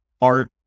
art